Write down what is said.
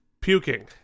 puking